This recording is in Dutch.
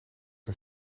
een